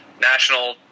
national